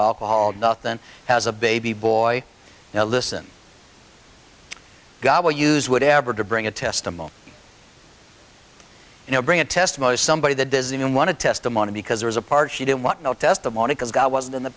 alcohol nothing has a baby boy now listen god will use whatever to bring a testimony you know bring a test most somebody that does even want to testimony because there's a part she didn't want no testimony because god wasn't in the